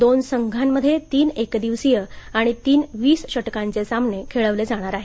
दोन संघांध्ये तीन एकदिवसीय आणि तीन वीस वीस षटकांचे सामने खेळवले जाणार आहेत